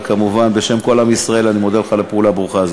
וכמובן בשם כל עם ישראל אני מודה לך על הפעולה הברוכה הזאת.